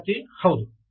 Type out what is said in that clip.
ವಿದ್ಯಾರ್ಥಿ ಹೌದು